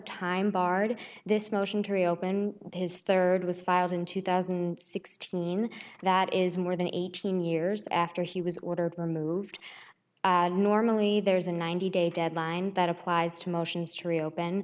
time barred this motion to reopen his third was filed in two thousand and sixteen that is more than eighteen years after he was ordered removed and normally there is a ninety day deadline that applies to motions to reopen